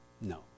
no